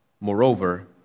Moreover